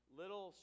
little